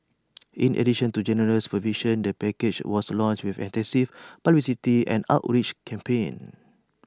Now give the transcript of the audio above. in addition to generous provisions the package was launched with an extensive publicity and outreach campaign